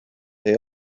they